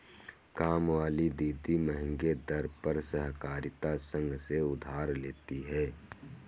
कामवाली दीदी महंगे दर पर सहकारिता संघ से उधार लेती है